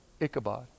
Ichabod